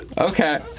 Okay